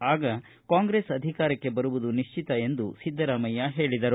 ಆಗ ಕಾಂಗ್ರೆಸ್ ಅಧಿಕಾರಕ್ಷೆ ಬರುವುದು ನಿಶ್ಚಿತ ಎಂದು ಸಿದ್ದರಾಮಯ್ಯ ಹೇಳಿದರು